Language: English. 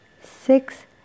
six